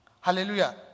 Hallelujah